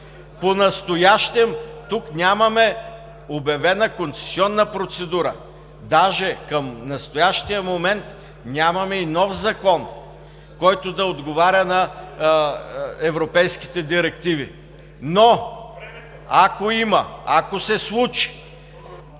Понастоящем тук нямаме обявена концесионна процедура. Даже към настоящия момент нямаме и нов закон, който да отговаря на европейските директиви. (Реплики: